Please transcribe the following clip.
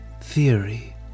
theory